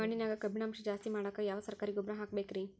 ಮಣ್ಣಿನ್ಯಾಗ ಕಬ್ಬಿಣಾಂಶ ಜಾಸ್ತಿ ಮಾಡಾಕ ಯಾವ ಸರಕಾರಿ ಗೊಬ್ಬರ ಹಾಕಬೇಕು ರಿ?